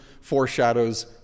foreshadows